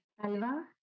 salva